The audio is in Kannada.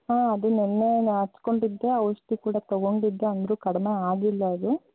ಹಾಂ ಅದು ನೆನ್ನೆ ನಾನು ಹಚ್ಚಿಕೊಂಡಿದ್ದೆ ಔಷಧಿ ಕೂಡ ತೊಗೊಂಡಿದ್ದೆ ಅಂದರೂ ಕಡಿಮೆ ಆಗಿಲ್ಲ ಅದು